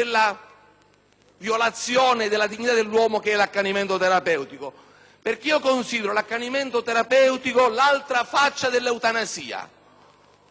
una violazione della dignità dell'uomo. Considero l'accanimento terapeutico l'altra faccia dell'eutanasia,